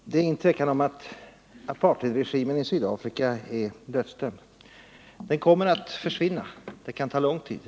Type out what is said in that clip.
Herr talman! Det råder inget tvivel om att apartheidregimen i Sydafrika är dödsdömd. Den kommer att försvinna. Det kan ta lång tid.